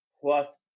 plus